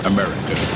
America